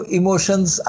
emotions